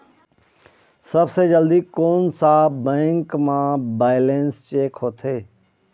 सबसे जल्दी कोन सा बैंक म बैलेंस चेक होथे?